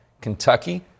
Kentucky